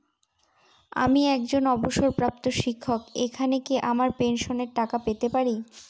আমি একজন অবসরপ্রাপ্ত শিক্ষক এখানে কি আমার পেনশনের টাকা পেতে পারি?